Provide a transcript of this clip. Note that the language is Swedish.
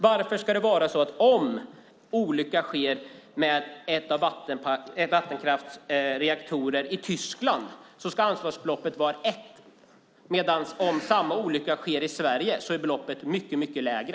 Varför ska det vara så att om en olycka sker i en reaktor i Tyskland ska ansvarsbeloppet vara ett, medan beloppet om samma typ av olycka sker i Sverige ska vara ett annat och mycket lägre?